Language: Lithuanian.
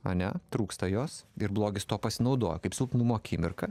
ane trūksta jos ir blogis tuo pasinaudoja kaip silpnumo akimirka